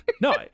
No